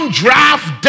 draft